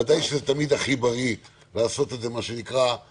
ודאי שתמיד הכי בריא לעשות את זה על השולחן,